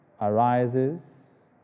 arises